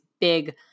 big